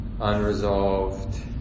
unresolved